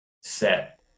set